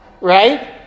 right